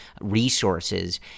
resources